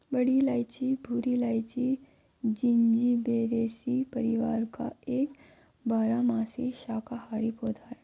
बड़ी इलायची भूरी इलायची, जिंजिबेरेसी परिवार का एक बारहमासी शाकाहारी पौधा है